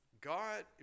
God